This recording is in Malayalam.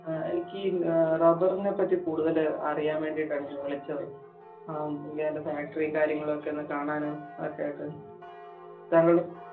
ആ എനിക്ക് റബ്ബറിനേപ്പറ്റി കൂടുതൽ അറിയാൻ വേണ്ടിയിട്ടാണ് ഞാൻ വിളിച്ചത് ആ അതിൻ്റെ ഫാക്റ്ററിയും കാര്യങ്ങളുമൊക്കെ ഒന്നു കാണാനും ഒക്കെ ആയിട്ട് താങ്കളുടെ